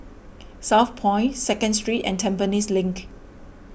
Southpoint Second Street and Tampines Link